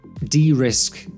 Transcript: de-risk